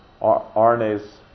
RNAs